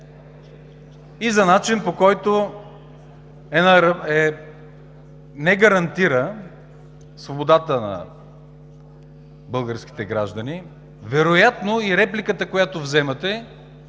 и за начин, по който не гарантира свободата на българските граждани. Вероятно и репликата, която вземате,